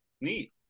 Neat